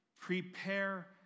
prepare